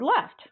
left